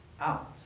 out